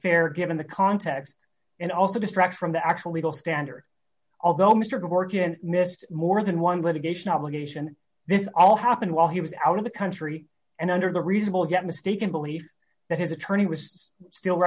fair given the context and also distracts from the actual legal standard although mr gorgon missed more than one litigation obligation this all happened while he was out of the country and under the reasonable yet mistaken belief that his attorney was still